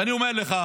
ואני אומר לך,